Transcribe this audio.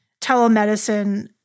telemedicine